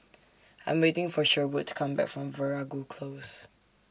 I'm waiting For Sherwood to Come Back from Veeragoo Close